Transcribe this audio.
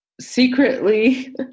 secretly